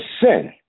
sin